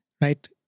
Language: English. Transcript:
right